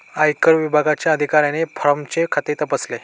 आयकर विभागाच्या अधिकाऱ्याने फॉर्मचे खाते तपासले